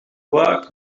work